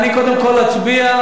אני קודם כול אצביע.